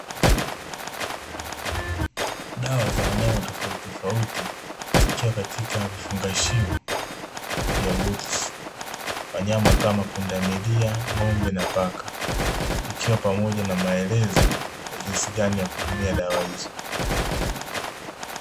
Dawa za wanyama tofauti mtofauti zikiwa katika vifungashio vya boksi, wanyama kama pundamilia, ng'ombe na paka ikiwa pamoja na maelekezo ni jinsi gani ya kutumia dawa hizo.